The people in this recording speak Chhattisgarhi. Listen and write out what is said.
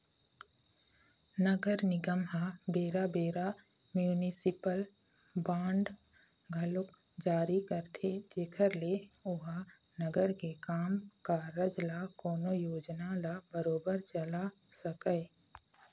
नगर निगम ह बेरा बेरा म्युनिसिपल बांड घलोक जारी करथे जेखर ले ओहा नगर के काम कारज ल कोनो योजना ल बरोबर चला सकय